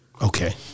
Okay